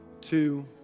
two